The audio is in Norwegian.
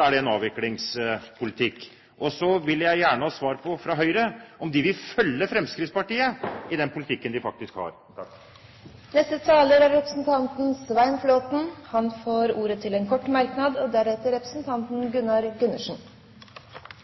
er det en avviklingspolitikk. Så vil jeg gjerne ha svar på fra Høyre om de vil følge Fremskrittspartiet i den politikken de har. Svein Flåtten har hatt ordet to ganger og får ordet til en kort merknad, begrenset til 1 minutt. Jeg skal svare representanten